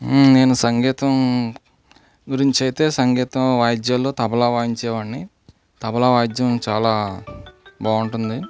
నేను సంగీతం గురించి అయితే సంగీతం వాయిద్యాలు తబలా వాయించే వాడిని తబలా వాయిద్యం చాలా బాగుంటుంది